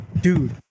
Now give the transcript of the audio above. Dude